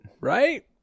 Right